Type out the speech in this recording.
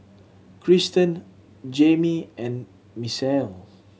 Kristen Jaimie and Misael